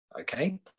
Okay